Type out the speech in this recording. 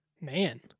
Man